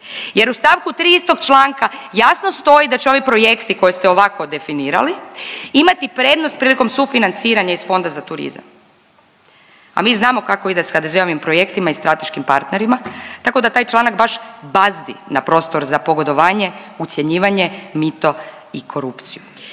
Jer u stavku 3. istog članka jasno stoji da će ovi projekti koje ste ovako definirali imati prednost prilikom sufinanciranja iz Fonda za turizam. A mi znamo kako ide s HDZ-ovim projektima i strateškim partnerima tako da taj članak baš bazdi na prostor za pogodovanje, ucjenjivanje, mito i korupciju.